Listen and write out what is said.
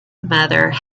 mother